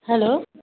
hello